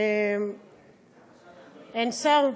אדוני היושב-ראש, תודה, אין שר?